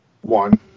one